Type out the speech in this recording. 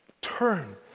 turn